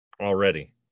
already